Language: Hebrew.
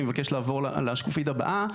אני מבקש לעבור לשקופית הבאה.